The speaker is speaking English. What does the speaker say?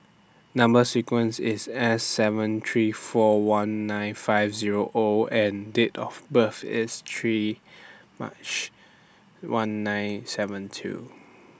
Number sequence IS S seven three four one nine five Zero O and Date of birth IS three March one nine seven two